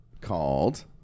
called